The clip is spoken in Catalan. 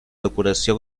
decoració